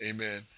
Amen